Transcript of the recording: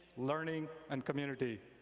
learning, and community.